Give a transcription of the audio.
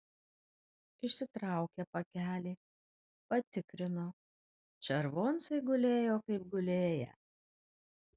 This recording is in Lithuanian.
išsitraukė pakelį patikrino červoncai gulėjo kaip gulėję